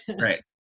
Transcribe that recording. Right